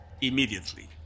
immediately